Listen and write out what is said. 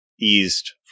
eased